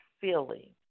feeling